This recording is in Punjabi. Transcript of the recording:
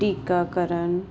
ਟੀਕਾਕਰਨ